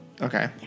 Okay